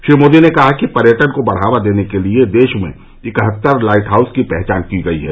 श्री मोदी ने कहा कि पर्यटन को बढ़ावा देने के लिए देश में इकहत्तर लाइट हाउस की पहचान की गई है